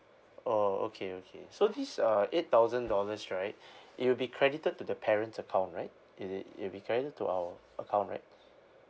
oh okay okay so this uh eight thousand dollars right it will be credited to the parent's account right is it it'll be credited to our account right